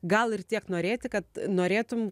gal ir tiek norėti kad norėtum